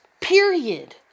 Period